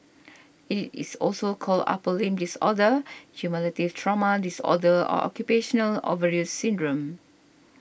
it is also called upper limb disorder cumulative trauma disorder or occupational overuse syndrome